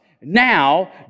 now